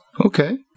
Okay